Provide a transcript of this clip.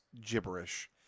gibberish